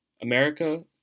america